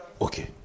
Okay